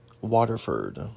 Waterford